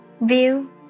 view